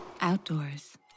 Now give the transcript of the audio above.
Outdoors